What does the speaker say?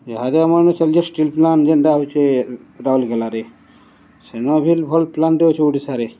ଯାହା ଯେ ଆମର ଚାଲିଛେ ଷ୍ଟିଲ୍ ପ୍ଲାଣ୍ଟ ଯେନ୍ଟା ହଉଛେ ରାଉଲକେଲାରେ ସେନ ଭିିଲ୍ ଭଲ୍ ପ୍ଲାଣ୍ଟଟେ ଅଛି ଓଡ଼ିଶାରେ